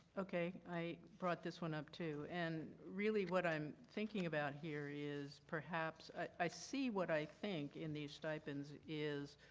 okay. i brought this one up too. and really what i am thinking about here is perhaps i see what i think in these a stipends is